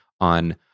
on